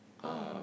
oh